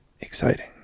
exciting